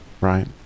Right